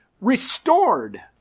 restored